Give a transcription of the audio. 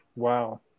Wow